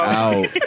out